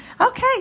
Okay